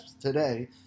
today